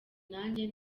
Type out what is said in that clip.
nanjye